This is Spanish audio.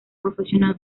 professional